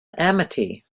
amity